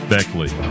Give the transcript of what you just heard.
Beckley